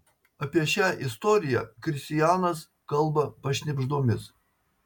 apie šią istoriją kristianas kalba pašnibždomis